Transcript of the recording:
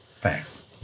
Thanks